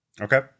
Okay